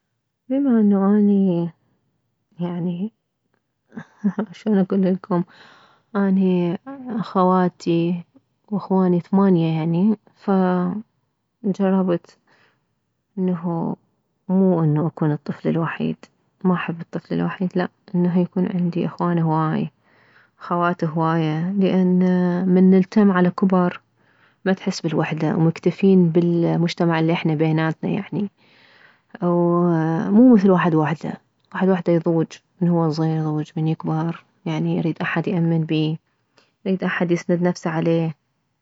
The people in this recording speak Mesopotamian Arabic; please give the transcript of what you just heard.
بما انه اني يعني شلون اكللكم اني خواتي واخواني ثمانية يعني فجربت انه مو انه اكون الطفل الوحيد ما احب الطفل الوحيد لا انه يكون عندي اخوان هواي خوات هوايه لان من نلتم على كبر ما تحس بالوحدة ومكتفين بالمجتمع الي احنا بيناتنا يعني ومو مثل واحد وحده واحد وحده يضوج من هو وصغير يضوج من يكبر يعني يريد احد يأمن بيه يريد احد يسند نفسه عليه